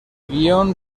guion